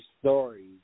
stories